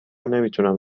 نمیتونم